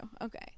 Okay